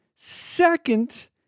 Second